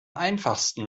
einfachsten